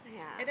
yeah